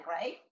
right